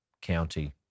County